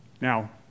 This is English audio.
Now